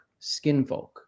Skinfolk